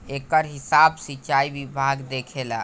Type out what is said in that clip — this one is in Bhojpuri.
एकर हिसाब सिचाई विभाग देखेला